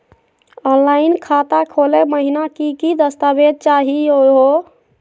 Online खाता खोलै महिना की की दस्तावेज चाहीयो हो?